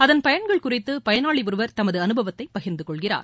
அதன் பயன்கள் குறித்து பயனாளி ஒருவர் தமது அனுபவத்தை பகிர்ந்துகொள்கிறார்